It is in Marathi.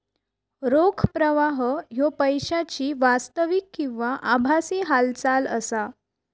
रोख प्रवाह ह्यो पैशाची वास्तविक किंवा आभासी हालचाल असा